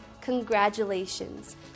congratulations